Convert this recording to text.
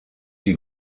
die